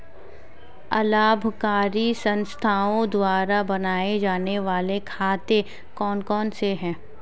अलाभकारी संस्थाओं द्वारा बनाए जाने वाले खाते कौन कौनसे हैं?